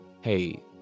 hey